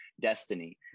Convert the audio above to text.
destiny